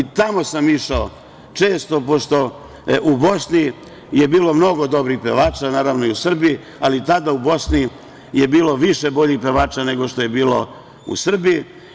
Tamo sam išao često, pošto je u Bosni bilo mnogo dobrih pevača, naravno i u Srbiji, ali tada je u Bosni bilo više boljih pevača nego što je bilo u Srbiji.